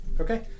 Okay